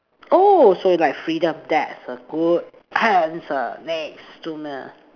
oh so you like freedom that's a good answer next